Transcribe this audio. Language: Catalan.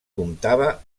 comptava